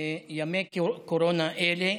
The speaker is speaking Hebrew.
ימי קורונה אלה,